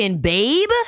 babe